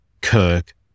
Kirk